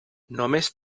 només